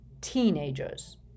teenagers